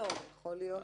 יכול להיות